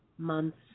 months